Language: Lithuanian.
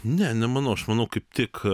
ne nemanau aš manau kaip tik